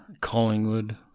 Collingwood